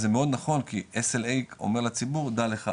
זה מאוד נכון כי SLA אומר לציבור דע לך,